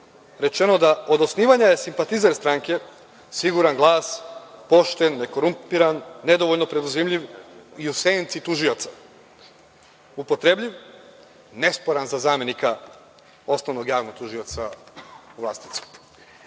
rečeno da od osnivanja je simpatizer stranke, siguran glas, pošten, nekorumpiran, nedovoljno preduzimljiv i u senci tužioca. Upotrebljiv, nesporan za zamenika osnovnog javnog tužioca u Vlasotincu. Ovo